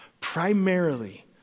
primarily